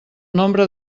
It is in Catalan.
nombre